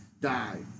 Die